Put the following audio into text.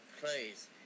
Please